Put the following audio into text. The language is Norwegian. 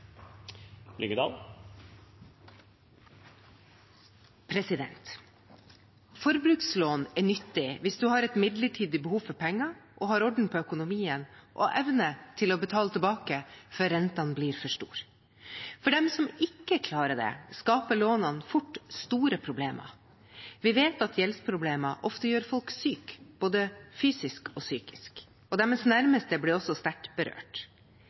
økonomi. Forbrukslån er nyttig hvis man har et midlertidig behov for penger, orden på økonomien og evne til å betale tilbake før rentene blir for store. For dem som ikke klarer det, skaper lånene fort store problemer. Vi vet at gjeldsproblemer ofte gjør folk syke, både fysisk og psykisk. Deres nærmeste blir også sterkt berørt.